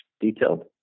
detailed